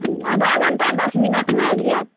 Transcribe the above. हूँ आधा घण्टा दस मिनटमे आबि जायब